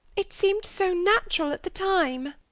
it seemed so natural at the time.